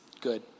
good